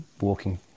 walking